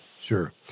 Sure